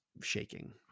shaking